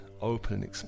open